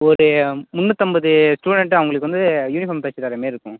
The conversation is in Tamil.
ஒரு முன்னூத்தம்பது ஸ்டூடண்ட்டு அவங்களுக்கு வந்து யூனிஃபார்ம் தைச்சி தரமாரி இருக்கும்